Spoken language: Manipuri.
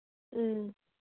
ꯎꯝ